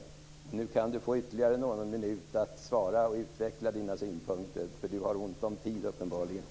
Nu kan Rolf Åbjörnsson få ytterligare någon minut för att utveckla sina synpunkter. Han har uppenbarligen ont om tid.